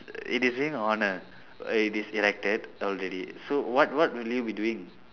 it is being honoured but it is erected already so what what will you be doing